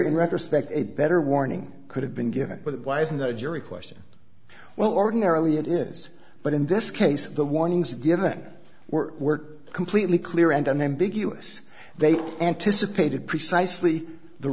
in retrospect a better warning could have been given but why isn't that a jury question well ordinarily it is but in this case the warnings given were completely clear and unambiguous they anticipated precisely the